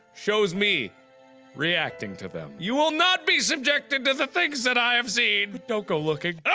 shows me reacting to them. you will not be subjected to the things that i have seen! don't go looking.